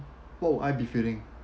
what would I be feeling